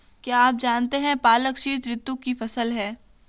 क्या आप जानते है पालक शीतऋतु की फसल है?